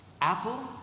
Apple